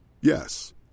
Yes